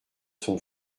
son